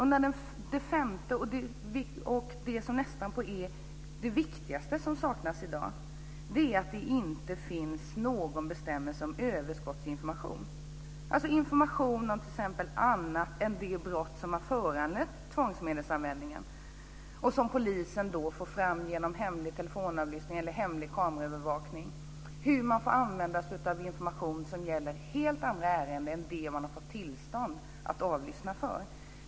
För det femte - och det som är det viktigaste av det som saknas i dag - finns det inte någon bestämmelse om överskottsinformation, dvs. information om annat än det brott som har föranlett tvångsmedelsanvändningen och som polisen får fram genom hemlig telefonavlyssning eller hemlig kameraövervakning. Det är fråga om hur man får använda sig av information som gäller helt andra ärenden än det man har fått tillstånd att avlyssna.